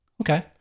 Okay